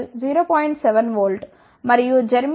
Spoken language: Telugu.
7 V మరియు జెర్మేనియం కొరకు ఇది 0